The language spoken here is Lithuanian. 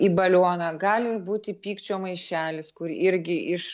į balioną gali būti pykčio maišelis kur irgi iš